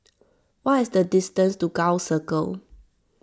what is the distance to Gul Circle